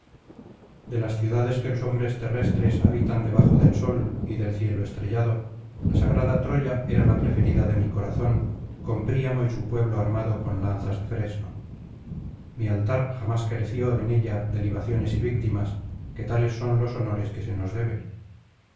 de las ciudades que los hombres terrestres habitan debajo del sol y del cielo estrellado la sagrada troya era la preferida de mi corazón con príamo y su pueblo armado con lanzas de fresno mi altar jamás careció en ella de libaciones y víctimas que tales son los honores que se nos deben